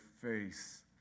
face